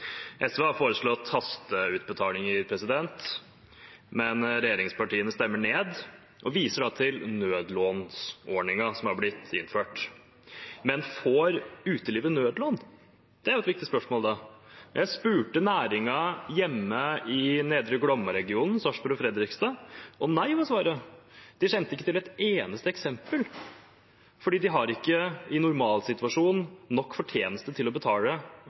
SV har foreslått hasteutbetalinger, men regjeringspartiene stemmer det ned og viser til nødlånsordningen som har blitt innført. Men får utelivet nødlån? Det er et viktig spørsmål. Jeg spurte næringen hjemme i Nedre Glomma-regionen, Sarpsborg og Fredrikstad, og svaret var nei. De kjente ikke til et eneste eksempel, for de har ikke i en normalsituasjon nok fortjeneste til å betale